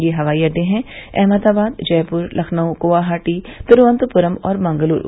ये हवाई अडडे हैं अहमदाबाद जयपुर लखनऊ गुवाहाटी तिरूवनंतपुरम और मंगलूर